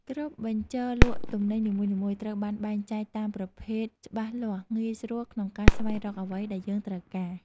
គ្រប់បញ្ជរលក់ទំនិញនីមួយៗត្រូវបានបែងចែកតាមប្រភេទច្បាស់លាស់ងាយស្រួលក្នុងការស្វែងរកអ្វីដែលយើងត្រូវការ។